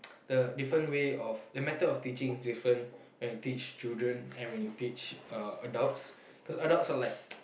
the different way of the method of teaching is different when you teach children and when you teach uh adults cause adults are like